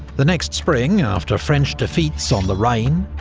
the next spring, after french defeats on the rhine,